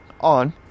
on